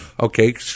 Okay